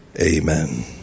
amen